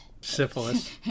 Syphilis